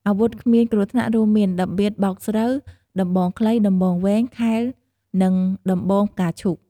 អាវុធគ្មានគ្រោះថ្នាក់ រួមមាន តម្បៀតបោកស្រូវ ដំបងខ្លី ដំបងវែង ខែល និងដំបងផ្កាឈូក។